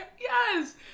yes